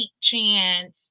chance